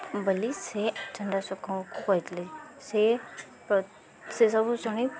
ବୋଲି ସେ ଚଣ୍ଡାଶୋକଙ୍କୁ କହିଥିଲେ ସେ ସେ ସବୁ ଶୁଣି